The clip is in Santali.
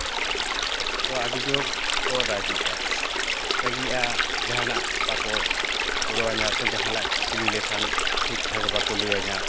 ᱛᱚ ᱟᱹᱰᱤ ᱡᱳᱨ ᱠᱚ ᱨᱟᱹᱜᱤᱜᱼᱟ ᱨᱟᱹᱜᱤᱜᱼᱟ ᱡᱟᱦᱟᱱᱟᱜ ᱵᱟᱠᱚ ᱜᱚᱲᱚᱣᱟᱧᱟ ᱥᱮ ᱡᱟᱦᱟᱱᱟᱜ ᱠᱩᱞᱤ ᱞᱮᱠᱷᱟᱱ ᱴᱷᱤᱴᱷᱟᱠ ᱵᱟᱠᱚ ᱞᱟᱹᱭᱟᱹᱧᱟ